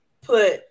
put